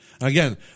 again